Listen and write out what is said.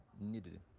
needed